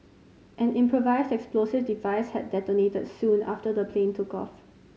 an improvised explosive device had detonated soon after the plane took off